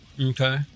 Okay